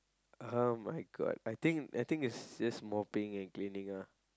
[oh]-my-god I think I think is is mopping and cleaning ah